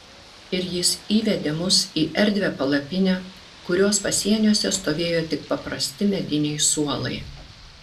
ir jis įvedė mus į erdvią palapinę kurios pasieniuose stovėjo tik paprasti mediniai suolai